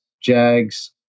Jags